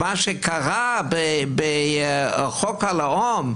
מה שקרה בחוק הלאום,